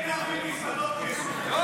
--- טוב,